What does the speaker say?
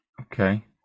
okay